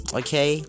okay